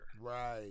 Right